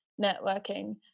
networking